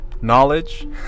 knowledge